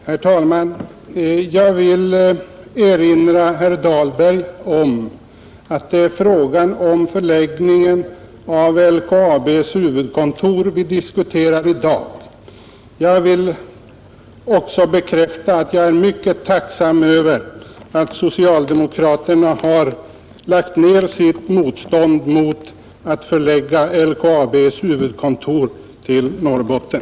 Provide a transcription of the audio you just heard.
Herr talman! Jag vill erinra herr Dahlberg om att det är frågan om förläggningen av LKAB:s huvudkontor vi diskuterar i dag. Jag vill också bekräfta att jag är mycket tacksam över att socialdemokraterna har lagt ner sitt motstånd mot att förlägga LKAB:s huvudkontor till Norrbotten.